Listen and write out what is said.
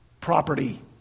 property